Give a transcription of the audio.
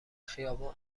خیابون